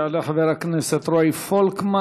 יעלה חבר הכנסת רועי פולקמן,